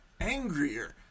angrier